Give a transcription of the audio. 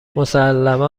مسلما